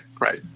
right